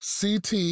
CT